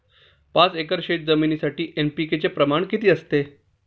पाच एकर शेतजमिनीसाठी एन.पी.के चे प्रमाण किती असते?